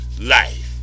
life